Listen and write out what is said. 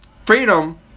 freedom